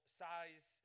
size